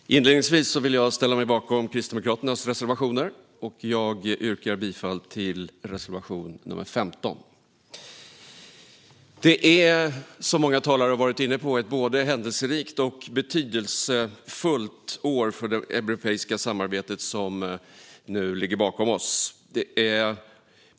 Fru talman! Inledningsvis vill jag ställa mig bakom Kristdemokraternas reservationer, och jag yrkar bifall till reservation nr 15. Det är, som många talare har varit inne på, ett både händelserikt och betydelsefullt år för det europeiska samarbetet som ligger bakom oss.